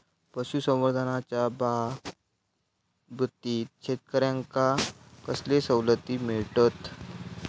पशुसंवर्धनाच्याबाबतीत शेतकऱ्यांका कसले सवलती मिळतत?